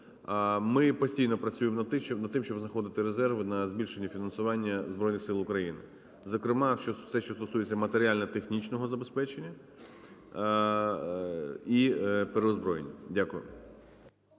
Ми постійно працюємо над тим, щоб знаходити резерви на збільшення фінансування Збройних Сил України, зокрема все, що стосується матеріально-технічного забезпечення і переозброєння. Дякую.